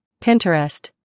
Pinterest